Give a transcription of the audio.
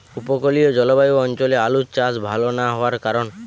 উপকূলীয় জলবায়ু অঞ্চলে আলুর চাষ ভাল না হওয়ার কারণ?